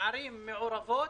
בערים מעורבות.